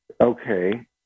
Okay